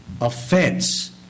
offense